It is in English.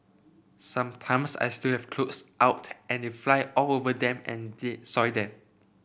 sometimes I still have clothes out and they fly all over them and the soil them